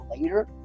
later